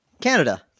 Canada